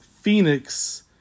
Phoenix